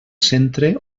centre